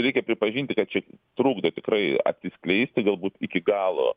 reikia pripažinti kad čia trukdo tikrai atsiskleisti galbūt iki galo